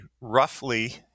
roughly